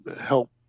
help